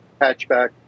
hatchback